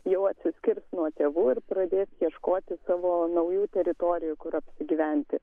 jau atsiskirs nuo tėvų ir pradės ieškoti savo naujų teritorijų kur apsigyventi